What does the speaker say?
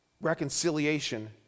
reconciliation